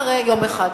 אחרי יום אחד,